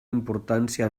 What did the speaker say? importància